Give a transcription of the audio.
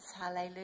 Hallelujah